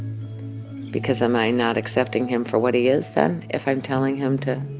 because am i not accepting him for what he is, then, if i'm telling him to